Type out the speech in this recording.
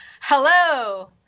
Hello